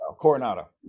Coronado